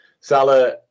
Salah